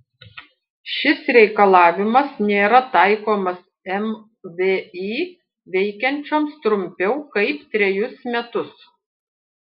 šis reikalavimas nėra taikomas mvį veikiančioms trumpiau kaip trejus metus